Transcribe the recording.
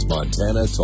Montana